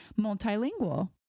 multilingual